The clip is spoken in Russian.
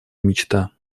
мечта